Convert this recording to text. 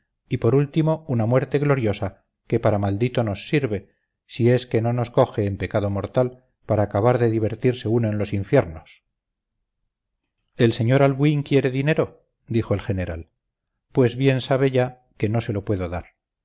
y por último una muerte gloriosa que para maldito nos sirve si es que no nos coge en pecado mortal para acabar de divertirse uno en los infiernos el sr albuín quiere dinero dijo el general pues bien sabe ya que no se lo puedo dar